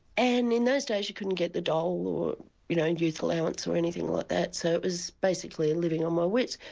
and in those days you couldn't get the dole or you know and youth allowance, or anything like that, so it was basically living on my wits.